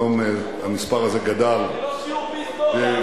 היום המספר הזה גדל, זה לא שיעור בהיסטוריה.